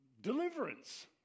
deliverance